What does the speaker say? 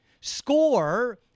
score